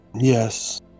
yes